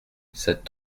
cet